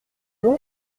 nom